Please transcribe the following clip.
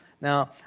Now